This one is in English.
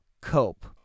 cope